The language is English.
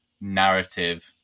narrative